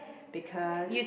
because